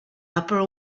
upper